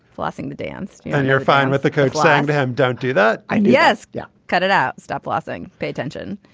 blessing the dance yeah and you're fine with the coach saying to him don't do that. and yes. yeah cut it out. stop laughing. pay attention.